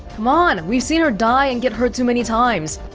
come on, we've seen her die and get hurt too many times